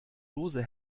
dose